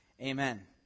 amen